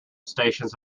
stations